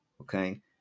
okay